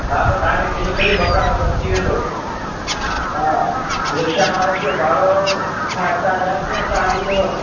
हा त तव्हांखे चई बजे बकालो पहुची वेंदो हा रिक्शा वारे खे भाड़ो मां हितां ॾियांसि या तव्हां ॾींदव